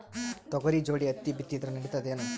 ತೊಗರಿ ಜೋಡಿ ಹತ್ತಿ ಬಿತ್ತಿದ್ರ ನಡಿತದೇನು?